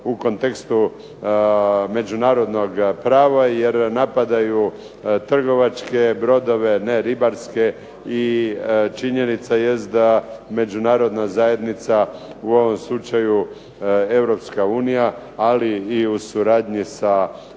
u kontekstu međunarodnog prava jer napadaju trgovačke brodove ne ribarske i činjenica jest da Međunarodna zajednica u ovom slučaju EU, ali i u suradnji sa